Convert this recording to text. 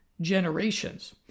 generations